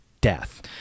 death